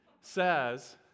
says